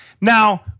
Now